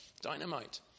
dynamite